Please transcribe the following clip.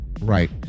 right